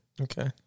Okay